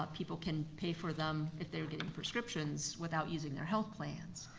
ah people can pay for them if they're getting prescriptions without using their health plans.